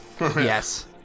Yes